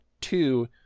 two